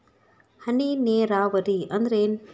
ಹನಿ ನೇರಾವರಿ ಅಂದ್ರ ಏನ್?